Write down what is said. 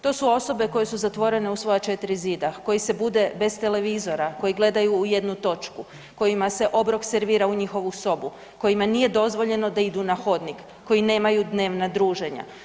To su osobe koje su zatvorene u svoja 4 zida, koji se bude bez televizora, koji gledaju u jednu točku, kojima se obrok servira u njihovu sobu, kojima nije dozvoljeno da idu na hodnik, koji nemaju dnevna druženja.